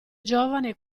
giovane